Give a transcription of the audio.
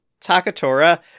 Takatora